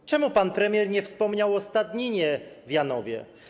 Dlaczego pan premier nie wspomniał o stadninie w Janowie?